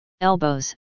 elbows